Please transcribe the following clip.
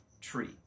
tree